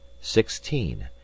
sixteen